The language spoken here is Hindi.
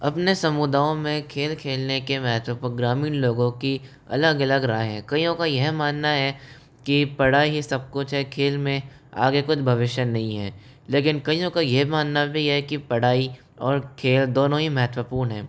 अपने समुदायों में खेल खेलने के महत्व पर ग्रामीण लोगों की अलग अलग राय है कइयों का यह मानना है कि पढ़ाई ही सब कुछ है खेल में आगे कुछ भविष्य नहीं है लेकिन कई लोगों का यह मानना भी है कि पढ़ाई और खेल दोनों ही महत्वपूर्ण है